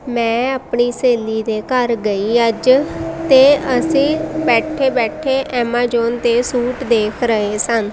ਮੈਂ ਆਪਣੀ ਸਹੇਲੀ ਦੇ ਘਰ ਗਈ ਅੱਜ ਅਤੇ ਅਸੀਂ ਬੈਠੇ ਬੈਠੇ ਐਮਾਜੋਨ 'ਤੇ ਸੂਟ ਦੇਖ ਰਹੇ ਸਨ